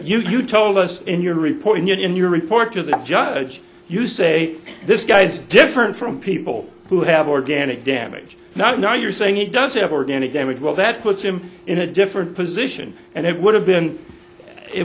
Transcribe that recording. there you told us in your report and yet in your report to the judge you say this guy is different from people who have organic damage not now you're saying he doesn't have organic damage well that puts him in a different position and it would have been it